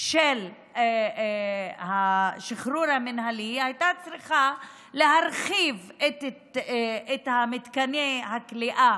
של השחרור המינהלי היא הייתה צריכה להרחיב את מתקני הכליאה